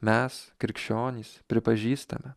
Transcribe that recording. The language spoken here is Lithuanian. mes krikščionys pripažįstame